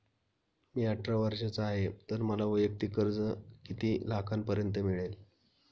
मी अठरा वर्षांचा आहे तर मला वैयक्तिक कर्ज किती लाखांपर्यंत मिळेल?